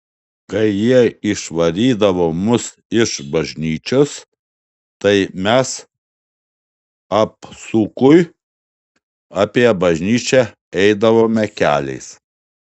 kai jie išvarydavo mus iš bažnyčios tai mes apsukui apie tą bažnyčią eidavome keliais